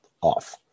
off